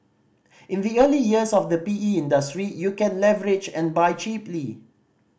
in the early years of the P E industry you can leverage and buy cheaply